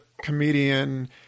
comedian